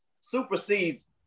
supersedes